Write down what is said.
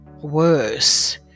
worse